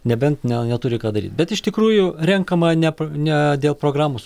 nebent ne neturi ką daryt bet iš tikrųjų renkama ne ne dėl programos